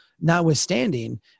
notwithstanding